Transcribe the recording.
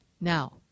Now